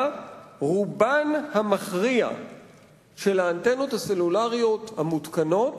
רובן המכריע של האנטנות הסלולריות המותקנות,